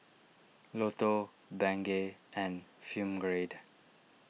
Lotto Bengay and Film Grade